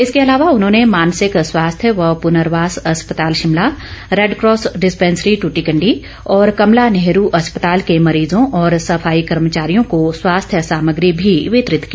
इसके अलावा उन्होंने मानसिक स्वास्थ्य व प्रनर्वास अस्पताल शिमला रेडक्रॉस डिस्पेंसरी ट्टीकंडी और कमला नेहरू अस्पताल के मरीजों और सफाई कर्मचारियों को स्वास्थ्य सामग्री भी वितरित की